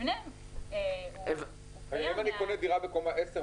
הדירוג של מבנה הוא קיים -- אם אני קונה דירה בקומה 10,